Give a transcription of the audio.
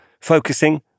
focusing